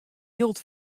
jild